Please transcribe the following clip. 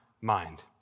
mind